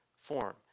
form